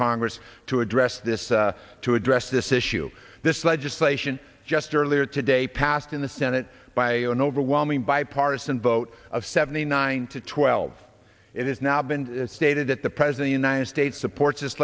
congress to address this to address this issue this legislation just earlier today passed in the senate by an overwhelming bipartisan vote of seventy nine to twelve it is now been stated that the president united states supports this